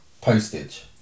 postage